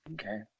Okay